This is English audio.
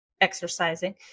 exercising